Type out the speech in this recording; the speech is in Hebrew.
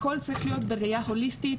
הכל צריך להיות בראייה הוליסטית,